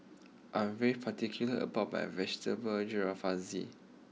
I am very particular about my Vegetable Jalfrezi